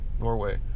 Norway